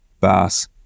bass